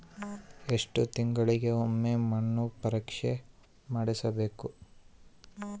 ಎಷ್ಟು ತಿಂಗಳಿಗೆ ಒಮ್ಮೆ ಮಣ್ಣು ಪರೇಕ್ಷೆ ಮಾಡಿಸಬೇಕು?